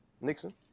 Nixon